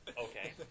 Okay